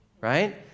right